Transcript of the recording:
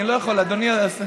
אני לא יכול, אדוני היושב-ראש.